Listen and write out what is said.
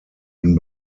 bin